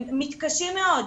הם מתקשים מאוד.